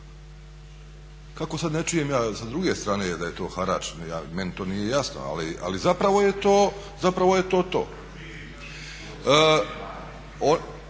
Kako sad ne čujem ja sa druge strane da je to harač, meni to nije jasno. Ali zapravo je to to.